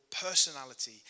personality